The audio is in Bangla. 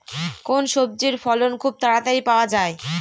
কোন সবজির ফলন খুব তাড়াতাড়ি পাওয়া যায়?